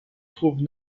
trouve